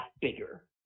bigger